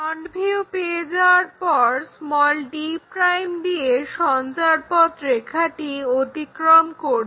front view পেয়ে যাওয়ার পর d' দিয়ে সঞ্চারপথ রেখাটি অতিক্রম করবে